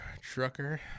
trucker